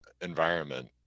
environment